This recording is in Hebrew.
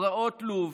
פרעות לוב,